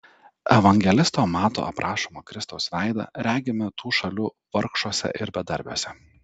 evangelisto mato aprašomą kristaus veidą regime tų šalių vargšuose ir bedarbiuose